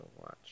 watch